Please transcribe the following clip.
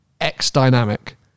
X-Dynamic